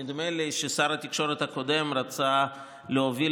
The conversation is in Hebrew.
נדמה לי ששר התקשורת הקודם רצה להוביל